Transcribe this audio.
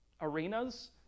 arenas